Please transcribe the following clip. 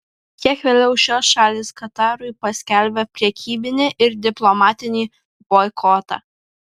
kiek vėliau šios šalys katarui paskelbė prekybinį ir diplomatinį boikotą